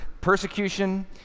persecution